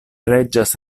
preĝas